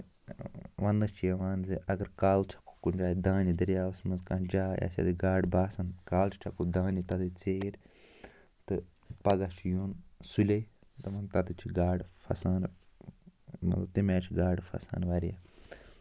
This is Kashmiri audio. وَننہٕ چھُ یِوان زِ اَگر کالہٕ چھُ کُنہِ جایہِ دانہِ دریابَس منٛز کانٛہہ جاے اَسہِ ییٹہِ گاڈٕ باسَن کالہٕ چھُ چھَکُن دانہِ تَتٮ۪تھ ژیٖرۍ تہٕ پَگاہ چھُ یُن سُلے دَپان تَتٮ۪تھ چھِ گاڈٕ پھسان مطلب تَمہِ آیہِ چھِ گاڈٕ پھسان واریاہ